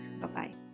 Bye-bye